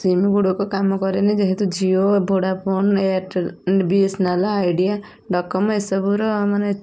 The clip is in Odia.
ସିମ୍ ଗୁଡ଼ିକ କାମ କରେନି ଯେହେତୁ Jio Vodafone Airtel BSNL Idea Docomo ଏସବୁ ର ମାନେ